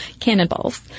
cannonballs